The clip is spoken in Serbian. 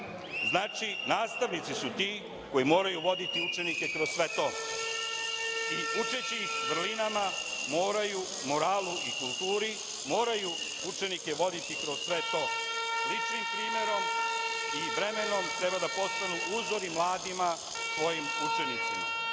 Srbije. Znači, nastavnici su ti koji moraju voditi učenike kroz sve to učeći ih vrlinama, moralu i kulturi moraju učenike voditi kroz sve to. Ličnim primerom i vremenom treba da postanu uzor mladima, svojim učenicima.